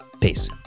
Peace